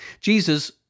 Jesus